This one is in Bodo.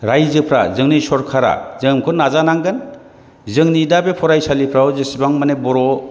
रायजोफ्रा जोंनि सरकारा जों बेखौ नाजानांगोन जोंनि दा बे फरायसालिफ्राव जेसेबां माने बर'